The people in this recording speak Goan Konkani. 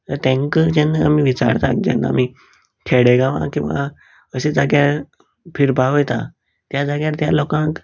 तेंकां जेन्ना आमी विचारतात जेन्ना आमी खेडे गांवांत किंवां अशें जाग्यार फिरपाक वयता त्या जाग्यार त्या लोकांक